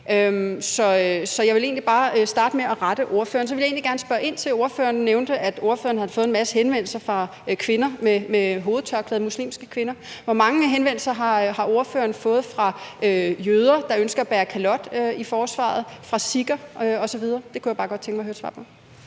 Så jeg ville egentlig bare starte med at rette ordføreren. Så vil jeg gerne spørge ind til det, ordføreren nævnte om, at ordføreren havde fået en masse henvendelser fra kvinder med hovedtørklæde, muslimske kvinder. Men hvor mange henvendelser har ordføreren fået fra jøder, der ønsker at bære kalot i forsvaret, fra sikher osv.? Det kunne jeg bare godt tænke mig at høre et svar på.